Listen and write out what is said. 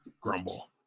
Grumble